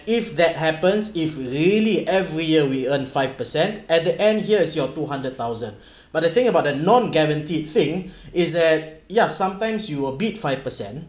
if that happens if really every year we earn five per cent at the end here is your two hundred thousand but the thing about the non-guaranteed thing is that yeah sometimes you will beat five per cent